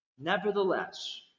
Nevertheless